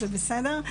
זה בסדר.